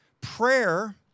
prayer